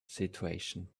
situation